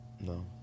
No